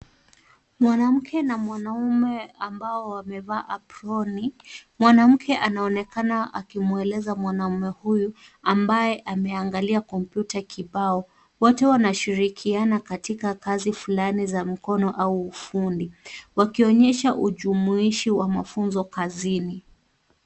Mwanamke na mwanaume ambao wamevaa aproni. Mwanamke anaonekana akimweleza mwanamke huyu, ambaye ameangalia kompyuta kibao. Wote wanashirikiana katika kazi fulani za mkono au ufundi, wakionyesha ujumuishi wa mafunzo kazini.